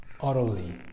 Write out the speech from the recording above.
utterly